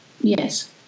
Yes